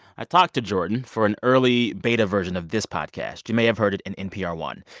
i talked to jordan for an early beta version of this podcast. you may have heard it in npr one.